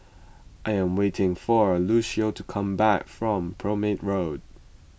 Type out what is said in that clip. I am waiting for Lucious to come back from Prome Road